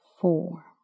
four